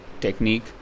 technique